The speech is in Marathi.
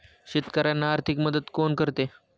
शेतकऱ्यांना आर्थिक मदत कोण करते?